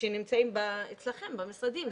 שנמצאים אצלכם במשרדים.